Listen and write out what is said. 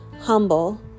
humble